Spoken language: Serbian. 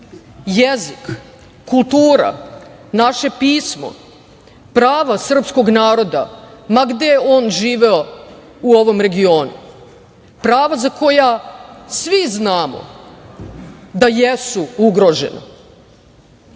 jezik, kultura, naše pismo, prava srpskog naroda ma gde on živeo u ovom regionu. Prava za koja svi znamo da jesu ugrožena,